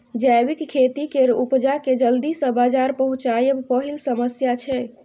जैबिक खेती केर उपजा केँ जल्दी सँ बजार पहुँचाएब पहिल समस्या छै